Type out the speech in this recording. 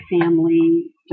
family